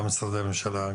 גם משרדי הממשלה,